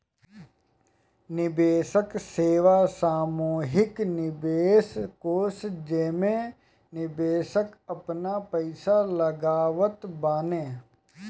निवेश सेवा सामूहिक निवेश कोष जेमे निवेशक आपन पईसा लगावत बाने